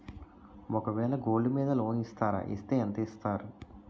ఒక వేల గోల్డ్ మీద లోన్ ఇస్తారా? ఇస్తే ఎంత ఇస్తారు?